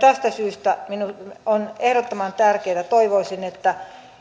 tästä syystä on ehdottoman tärkeätä ja toivoisin että